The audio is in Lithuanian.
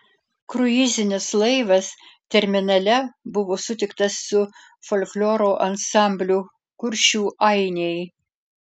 kruizinis laivas terminale buvo sutiktas su folkloro ansambliu kuršių ainiai